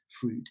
fruit